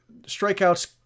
strikeouts